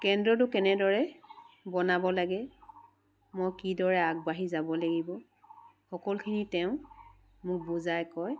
কেন্দ্ৰটো কেনেদৰে বনাব লাগে মই কিদৰে আগবাঢ়ি যাব লাগিব সকলখিনি তেওঁ মোক বুজাই কয়